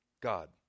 God